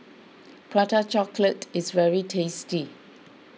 Prata Chocolate is very tasty